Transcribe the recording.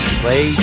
play